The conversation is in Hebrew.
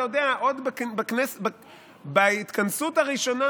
אתה יודע, עוד בהתכנסות הראשונה